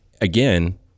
again